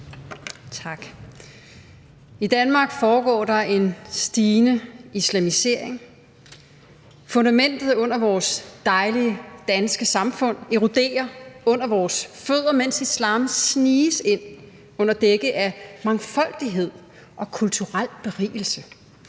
I Danmark foregår der en stigende islamisering. Fundamentet under vores dejlige danske samfund eroderer under vores fødder, mens islam sniges ind under dække af mangfoldighed og kulturel berigelse.